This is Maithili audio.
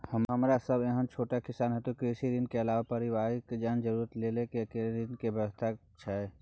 हमरा सब एहन छोट किसान हेतु कृषि ऋण के अलावा पारिवारिक अन्य जरूरत के लेल की कोनो ऋण के व्यवस्था छै?